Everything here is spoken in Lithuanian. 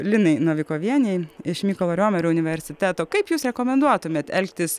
linai novikovienei iš mykolo riomerio universiteto kaip jūs rekomenduotumė elgtis